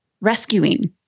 Rescuing